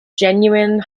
genuine